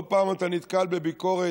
לא פעם אתה נתקל בביקורת